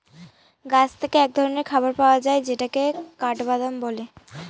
গাছ থেকে এক ধরনের খাবার পাওয়া যায় যেটাকে কাঠবাদাম বলে